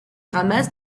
ramasse